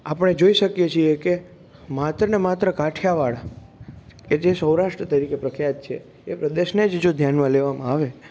આપણે જોઈ શકીએ છીએ કે માત્રને માત્ર કાઠિયાવાડ કે જે સૌરાષ્ટ્ર તરીકે પ્રખ્યાત છે એ પ્રદેશને જ જો ધ્યાનમાં લેવામાં આવે